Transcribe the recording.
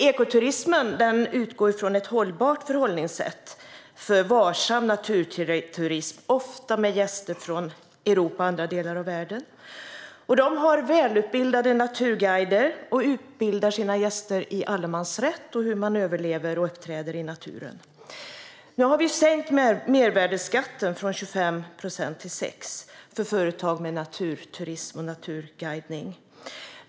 Ekoturismen utgår ifrån ett hållbart förhållningssätt med varsam naturturism. Man har ofta gäster från Europa och andra delar av världen. Företaget har välutbildade naturguider som utbildar sina gäster i allemansrätt och hur man överlever och uppträder i naturen. Nu har mervärdesskatten sänkts från 25 till 6 procent för företag med naturturism och naturguidning.